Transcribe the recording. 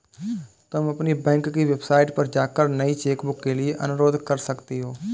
तुम अपनी बैंक की वेबसाइट पर जाकर नई चेकबुक के लिए अनुरोध कर सकती हो